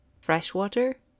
freshwater